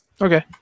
Okay